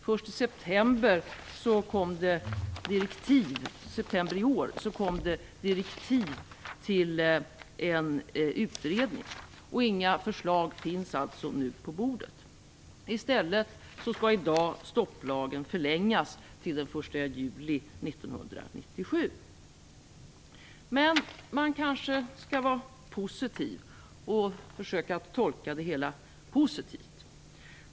Först i september i år kom det direktiv till en utredning, och inga förslag finns alltså nu på bordet. I stället skall stopplagen i dag förlängas till den 1 juli 1997. Men man kanske skall vara positiv. Man kanske skall försöka tolka det hela positivt.